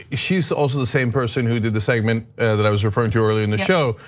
ah she's also the same person who did the segment that i was referring to earlier in the show.